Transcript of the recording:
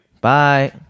Bye